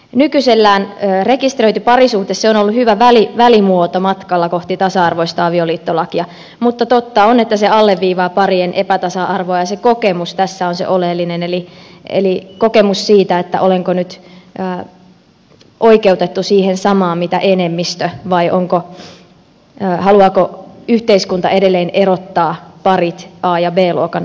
nykyisellään rekisteröity parisuhde on ollut hyvä välimuoto matkalla kohti tasa arvoista avioliittolakia mutta totta on että se alleviivaa parien epätasa arvoa ja se kokemus tässä on se oleellinen eli kokemus siitä olenko nyt oikeutettu siihen samaan kuin enemmistö vai haluaako yhteiskunta edelleen erottaa parit a ja b luokan avioliittoihin